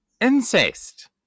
Incest